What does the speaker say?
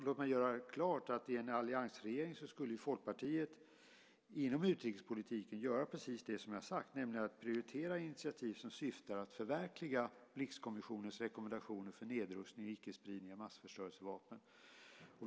Låt mig göra klart att i en alliansregering skulle Folkpartiet inom utrikespolitiken göra just det jag har sagt, nämligen prioritera initiativ som syftar till att förverkliga Blixkommissionens rekommendationer för nedrustning och icke-spridning av massförstörelsevapen.